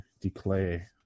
declare